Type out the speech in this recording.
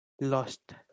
lost